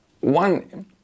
One